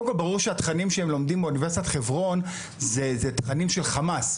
ברור שהתכנים שהם לומדים באוניברסיטת חברון הם תכנים של חמאס,